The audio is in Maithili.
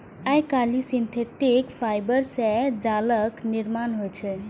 आइकाल्हि सिंथेटिक फाइबर सं जालक निर्माण होइ छै